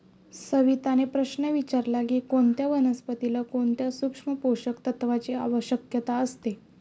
सविताने प्रश्न विचारला की कोणत्या वनस्पतीला कोणत्या सूक्ष्म पोषक तत्वांची आवश्यकता असते?